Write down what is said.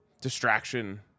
distraction